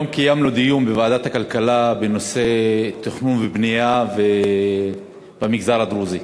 היום קיימנו דיון בוועדת הכלכלה בנושא תכנון ובנייה במגזר הדרוזי.